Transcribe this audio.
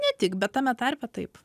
ne tik bet tame tarpe taip